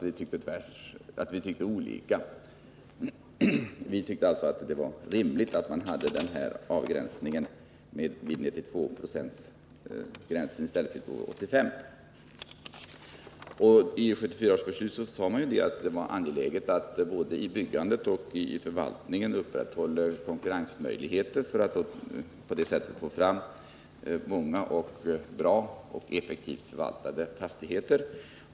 På vår sida tyckte vi alltså att det var rimligt att man satte gränsen vid 92 96 i stället för vid 85 96. I 1974 års beslut sades det att det var angeläget att både i byggandet och i förvaltningen upprätthålla konkurrensmöjligheterna för att på det sättet få fram bra och effektivt förvaltade fastigheter.